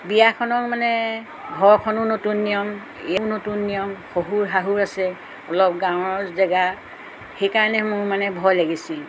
বিয়াখনক মানে ঘৰখনো নতুন নিয়ম এয়াও নতুন নিয়ম শহুৰ শাহুৰ আছে অলপ গাঁৱৰ জেগা সেইকাৰণে মোৰ মানে ভয় লাগিছিল